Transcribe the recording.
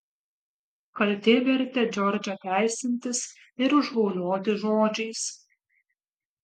kaltė vertė džordžą teisintis ir užgaulioti žodžiais